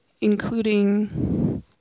including